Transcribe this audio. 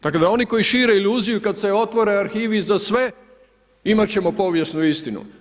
Tako da oni koji šire iluziju kada se otvore arhivi za sve imat ćemo povijesnu istinu.